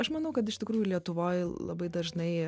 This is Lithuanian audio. aš manau kad iš tikrųjų lietuvoj labai dažnai